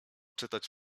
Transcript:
czytać